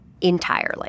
entirely